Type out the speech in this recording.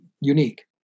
unique